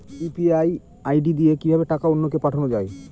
UPI ID দিয়ে কিভাবে টাকা অন্য কে পাঠানো যায়?